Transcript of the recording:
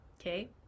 okay